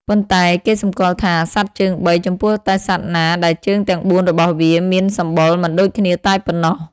ប៉ុន្តែ គេសម្គាល់ថា សត្វជើងបី ចំពោះតែសត្វណាដែលជើងទាំងបួនរបស់វាមានសម្បុរមិនដូចគ្នាតែប៉ុណ្ណោះ។